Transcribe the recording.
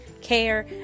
care